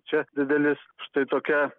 čia didelis štai tokia